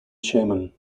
chairman